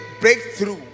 breakthrough